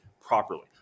properly